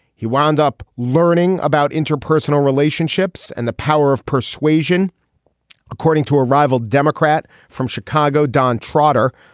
he wound up learning about interpersonal relationships and the power of persuasion according to a rival democrat from chicago don trotter.